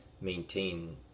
maintain